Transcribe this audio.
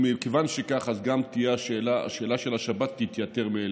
ומכיוון שכך אז גם השאלה של השבת תתייתר מאליה.